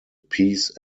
peace